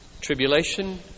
Tribulation